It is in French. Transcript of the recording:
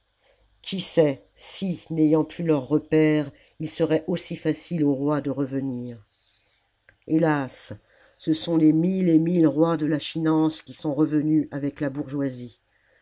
qui sait si n'ayant plus leur repaire il serait aussi facile aux rois de revenir la commune hélas ce sont les mille et mille rois de la finance qui sont revenus avec la bourgeoisie